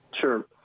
Sure